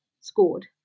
scored